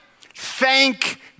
thank